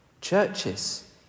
Churches